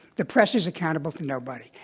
the press is accountable to nobody.